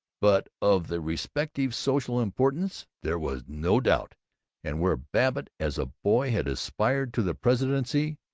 but of their respective social importance there was no doubt and where babbitt as a boy had aspired to the presidency,